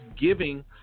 giving